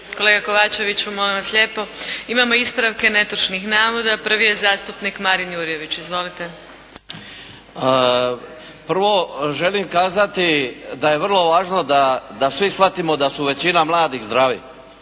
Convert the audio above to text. kolega Kovačeviću, molim vas lijepo. Imamo ispravke netočnih navoda. Prvi je zastupnik Marin Jurjević. Izvolite. **Jurjević, Marin (SDP)** Prvo želim kazati da je vrlo važno da svi shvatimo sa su većina mladih zdravi.